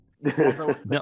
No